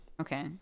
Okay